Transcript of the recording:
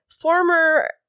former